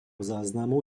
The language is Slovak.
záznamu